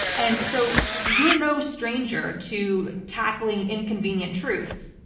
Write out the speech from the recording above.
and so, you're no stranger to tackling inconvenient truths.